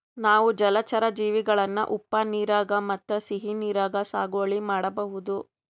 ನಾವ್ ಜಲಚರಾ ಜೀವಿಗಳನ್ನ ಉಪ್ಪ್ ನೀರಾಗ್ ಮತ್ತ್ ಸಿಹಿ ನೀರಾಗ್ ಸಾಗುವಳಿ ಮಾಡಬಹುದ್